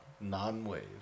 Non-wave